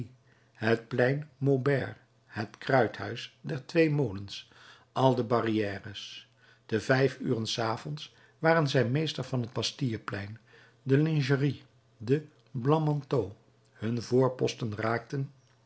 het plein maubert het kruithuis der twee molens al de barrières te vijf uren s avonds waren zij meester van het bastilleplein de lingerie de blanc manteaux hun voorposten raakten